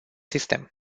sistem